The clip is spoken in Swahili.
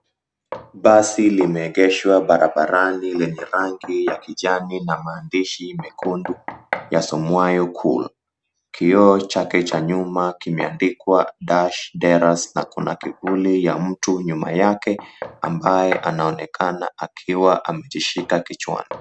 Basi limeegeshwa barabarani lenye rangi ya kijani na mahandishi mekundu yasomwayo, Cool. Kioo chake cha nyuma kimeandikwa, Dash Derers na kuna kivuli ya mtu nyuma yake ambaye anaonekana akiwa amejishika kichwani.